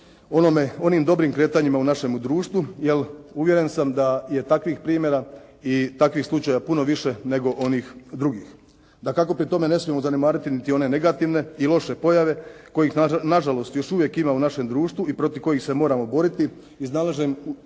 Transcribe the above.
onim dobrim kretanjima u našemu društvu, jer uvjeren sam da je takvih primjera i takvih slučajeva puno više nego onih drugih. Dakako pri tome ne smijemo zanemariti niti one negativne i loše pojave kojih na žalost još uvijek ima u našem društvu i protiv kojih se moramo boriti iznalaženjem